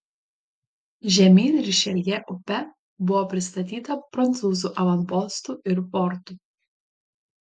žemyn rišeljė upe buvo pristatyta prancūzų avanpostų ir fortų